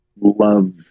love